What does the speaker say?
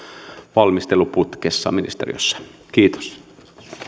valmisteluputkessa ministeriössä kiitos